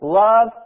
love